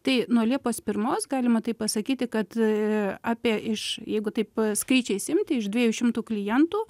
tai nuo liepos pirmos galima taip pasakyti kad apie iš jeigu taip skaičiais imti iš dviejų šimtų klientų